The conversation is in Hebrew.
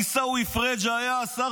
עיסאווי פריג' היה השר,